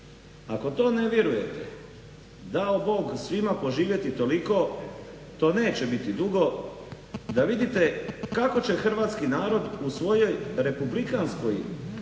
Ako to ne vjerujete dao Bog svima poživjeti toliko. To neće biti dugo da vidite kako će hrvatski narod u svojoj republikanskoj